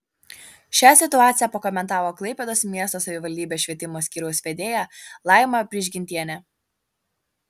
šią situaciją pakomentavo klaipėdos miesto savivaldybės švietimo skyriaus vedėja laima prižgintienė